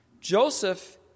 Joseph